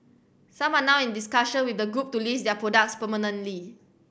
some are now in discussion with the group to list their products permanently